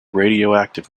radioactive